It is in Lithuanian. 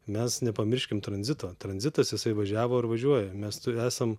mes nepamirškim tranzitą tranzitas jisai važiavo ir važiuoja mes esam